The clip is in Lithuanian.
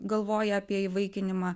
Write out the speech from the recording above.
galvoja apie įvaikinimą